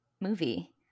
movie